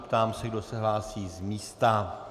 Ptám se, kdo se hlásí z místa.